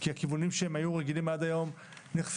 כי הכיוונים שהם היו רגילים עד היום נחסמים